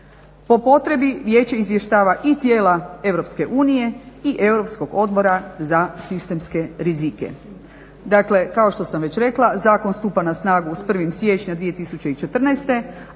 Po potrebi vijeće izvještava i tijela EU i Europskog odbora za sistemske rizike. Dakle kao što sam već rekla zakon stupa na snagu s 1.siječnja 2014.,